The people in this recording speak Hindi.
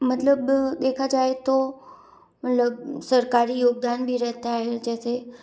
मतलब देखा जाए तो मतलब सरकारी योगदान भी रहता है जैसे